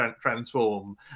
transform